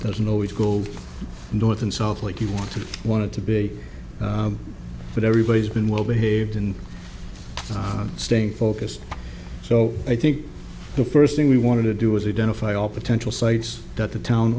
doesn't always go north and south like you want to want to be but everybody's been well behaved in staying focused so i think the first thing we want to do is identify all potential sites that the town